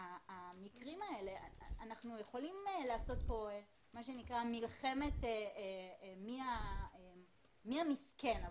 אנחנו יכולים לעשות פה מלחמת מי המסכן.